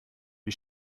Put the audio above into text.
wie